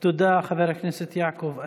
תודה, חבר הכנסת יעקב אשר.